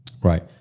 right